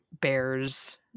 bears